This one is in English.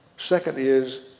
second is,